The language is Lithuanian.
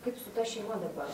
kaip su ta šeima dabar